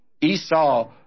Esau